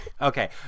Okay